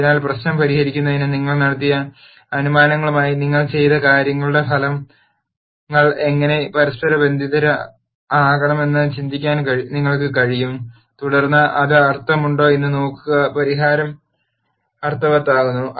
അതിനാൽ പ്രശ്നം പരിഹരിക്കുന്നതിന് നിങ്ങൾ നടത്തിയ അനുമാനങ്ങളുമായി നിങ്ങൾ ചെയ്ത കാര്യങ്ങളുടെ ഫലങ്ങൾ എങ്ങനെ പരസ്പരബന്ധിതമാക്കാമെന്ന് ചിന്തിക്കാൻ നിങ്ങൾക്ക് കഴിയും തുടർന്ന് അത് അർത്ഥമുണ്ടോ എന്ന് നോക്കുക പരിഹാരം അർത്ഥവത്താകുന്നു